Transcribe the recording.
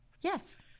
Yes